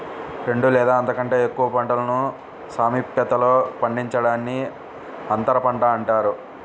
రెండు లేదా అంతకంటే ఎక్కువ పంటలను సామీప్యతలో పండించడాన్ని అంతరపంట అంటారు